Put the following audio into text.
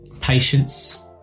Patience